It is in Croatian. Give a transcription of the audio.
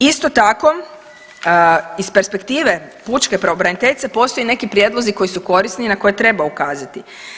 Isto tako, iz perspektive pučke pravobraniteljice postoje neki prijedlozi koji su korisni i na koje treba ukazati.